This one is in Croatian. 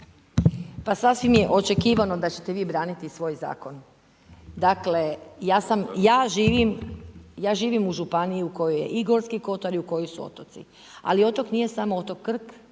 Pa sasvim je očekivano da ćete vi braniti svoj zakon. Dakle ja živim u županiji u kojoj je i gorski kotar i u kojoj su otoci. Ali otok nije samo otok Krk